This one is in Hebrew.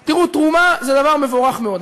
תראו, תרומה זה דבר מבורך מאוד.